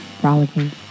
Frolicking